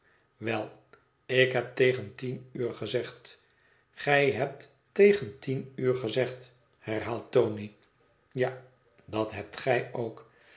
wel ik heb tegen tien uur gezegd gij hebt tegen tien uur gezegd herhaalt tony ja dat hebt gij ook